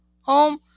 home